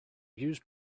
use